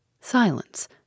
Silence